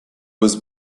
was